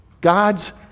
God's